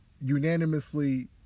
unanimously